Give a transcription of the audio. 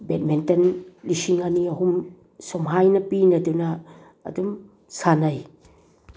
badminton ꯂꯤꯁꯤꯡ ꯑꯅꯤ ꯑꯍꯨꯝ ꯁꯨꯝꯃꯥꯏꯅ ꯄꯤꯅꯗꯨꯅ ꯑꯗꯨꯝ ꯁꯥꯟꯅꯩ